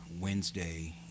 Wednesday